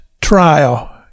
trial